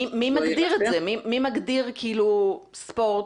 מי מגדיר ספורט,